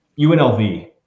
UNLV